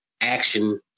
action